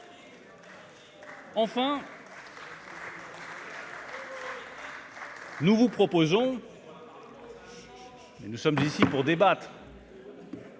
déjà. Nous vous proposons et nous sommes ici pour débattre.